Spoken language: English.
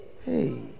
Hey